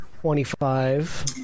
twenty-five